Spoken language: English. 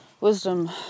wisdom